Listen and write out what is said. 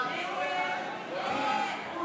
ועפו